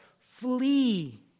flee